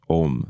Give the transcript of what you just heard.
om